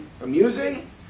amusing